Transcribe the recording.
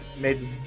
made